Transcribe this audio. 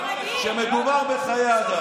כשמדובר בחיי אדם.